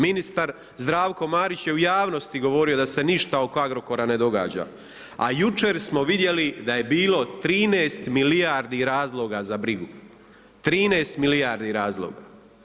Ministar Zdravko Marić je u javnosti govorio da se ništa oko Agrokora događa, a jučer smo vidjeli da je bilo 13 milijardi razloga za brigu, 13 milijardi razloga.